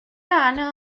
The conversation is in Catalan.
anna